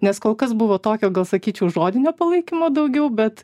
nes kol kas buvo tokio gal sakyčiau žodinio palaikymo daugiau bet